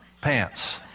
pants